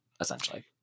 essentially